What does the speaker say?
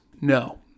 no